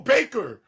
Baker